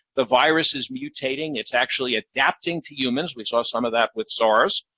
the virus is mutating, it's actually adapting to humans. we saw some of that with sars.